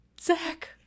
Zach